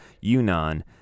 Yunnan